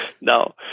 no